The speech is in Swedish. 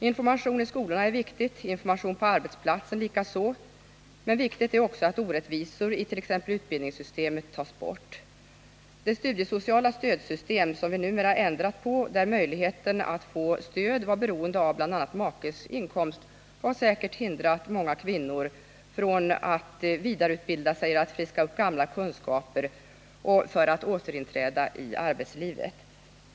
Information i skolorna är viktig, information på arbetsplatsen likaså, men viktigt är också att orättvisor i t.ex. utbildningssystemet tas bort. Det studiesociala stödsystemet som vi numera ändrat på och där möjligheten att få stöd var beroende av bl.a. makes inkomst, har säkert hindrat många kvinnor från att vidareutbilda sig eller att friska upp gamla kunskaper inför ett återinträde i arbetslivet.